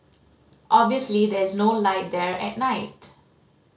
obviously there is no light there at night